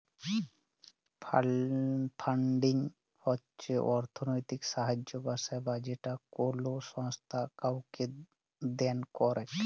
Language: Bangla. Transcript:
ফান্ডিং হচ্ছ অর্থলৈতিক সাহায্য বা সেবা যেটা কোলো সংস্থা কাওকে দেন করেক